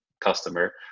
customer